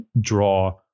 draw